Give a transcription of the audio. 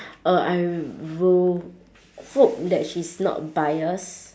uh I will hope that she's not bias